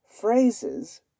phrases